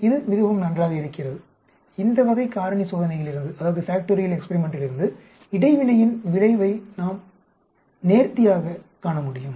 இது மிகவும் நன்றாக இருக்கிறது இந்த வகை காரணி சோதனையிலிருந்து இடைவினைகளின் விளைவை மிக நாம் நேர்த்தியாகக் காண முடியும்